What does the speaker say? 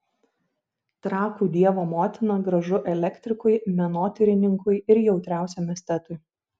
trakų dievo motina gražu elektrikui menotyrininkui ir jautriausiam estetui